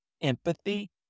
empathy